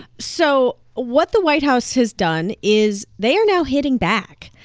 so what the white house has done is they are now hitting back.